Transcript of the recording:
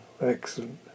Excellent